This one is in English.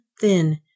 thin